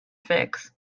fix